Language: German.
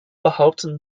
behaupten